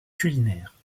culinaire